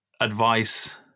advice